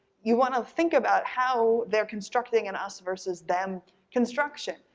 you want to think about how they're constructing an us versus them construction.